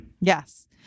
Yes